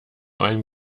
ein